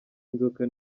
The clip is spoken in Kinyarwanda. inzoka